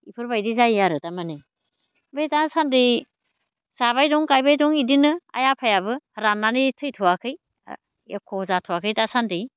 बेफोरबायदि जायो आरो थारमाने ओमफ्राय दासानदि जाबाय दं गायबाय दं बिदिनो आइ आफायाबो राननानै थैथ'वाखै एख' जाथवाखै दासानदि